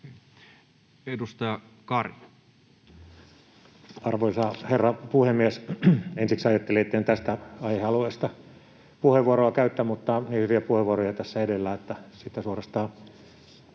Content: Arvoisa herra puhemies! Ensiksi ajattelin, että en tästä aihealueesta puheenvuoroa käytä, mutta oli niin hyviä puheenvuoroja tässä edellä, että suorastaan